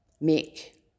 make